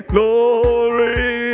Glory